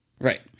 Right